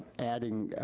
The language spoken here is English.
adding